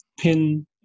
pin